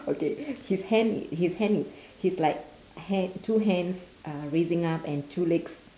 okay his hand his hand he's like ha~ two hands uh raising up and two legs